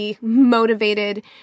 motivated